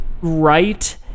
right